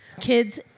kids